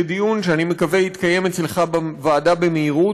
לדיון שאני מקווה שיתקיים אצלך בוועדה במהירות.